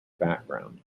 background